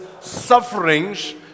sufferings